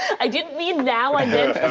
i didn't mean now, i meant.